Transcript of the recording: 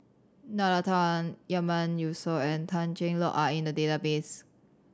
Nalla Tan Yatiman Yusof and Tan Cheng Lock are in the database